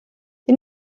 die